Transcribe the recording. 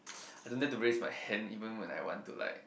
I don't dare to raise my hand even I want to like